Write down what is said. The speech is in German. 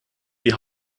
die